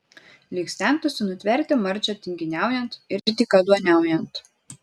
lyg stengtųsi nutverti marčią tinginiaujant ir dykaduoniaujant